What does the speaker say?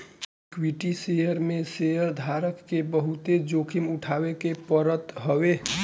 equity share में शेयरधारक के बहुते जोखिम उठावे के पड़त हवे